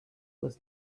was